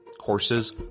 courses